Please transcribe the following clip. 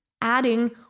adding